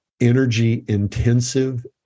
energy-intensive